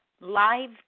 live